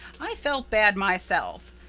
i felt bad myself.